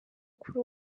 kuri